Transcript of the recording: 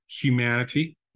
humanity